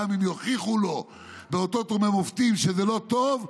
גם אם יוכיחו לו באותות ובמופתים שזה לא טוב,